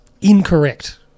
Incorrect